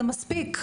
זה מספיק,